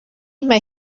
mae